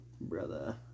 brother